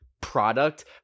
product